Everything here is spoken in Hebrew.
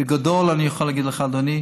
בגדול אני יכול להגיד לך, אדוני,